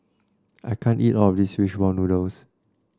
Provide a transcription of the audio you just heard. I can't eat all of this fish ball noodles